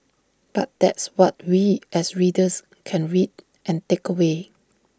but that's what we as readers can read and take away